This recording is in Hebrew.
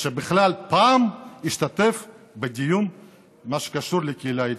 שבכלל פעם השתתף בדיון במה שקשור לקהילה האתיופית.